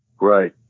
Right